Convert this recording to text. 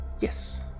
Yes